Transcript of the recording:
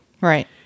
Right